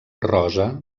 rosa